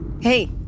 Hey